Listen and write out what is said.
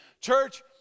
Church